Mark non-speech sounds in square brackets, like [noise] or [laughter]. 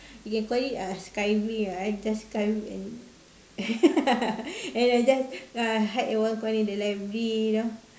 you can call it uh skiving ah I just skive and [laughs] and I just uh hide at one corner of the library you know